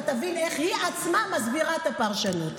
אתה תבין איך היא עצמה מסבירה את הפרשנות.